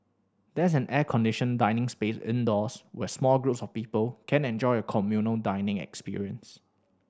there's an air conditioned dining space indoors where small groups of people can enjoy a communal dining experience